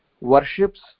worships